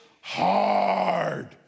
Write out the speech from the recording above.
hard